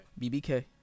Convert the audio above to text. BBK